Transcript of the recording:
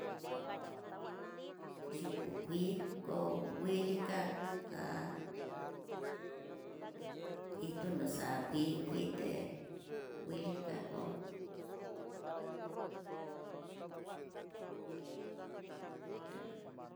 Yuku kuii kó wuili ká, ká kui itunoxa kuii kuté wuili kakó to.